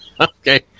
Okay